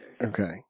Okay